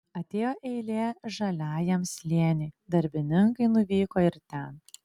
atėjo eilė žaliajam slėniui darbininkai nuvyko ir ten